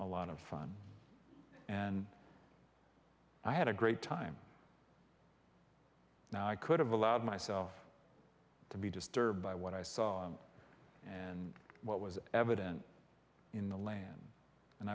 a lot of fun and i had a great time now i could have allowed myself to be disturbed by what i saw and what was evident in the land and